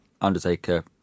Undertaker